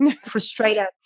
frustrated